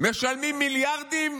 משלמים מיליארדים